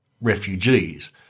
refugees